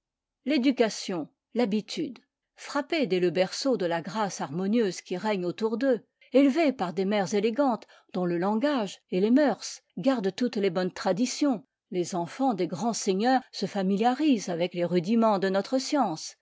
l'éducation l'habitude frappés dès le berceau de la grâce harmonieuse qui règne autour d'eux élevés par des mères élégantes dont le langage et les mœurs gardent toutes les bonnes traditions les enfants des grands seigneurs se familiarisent avec les rudiments de notre science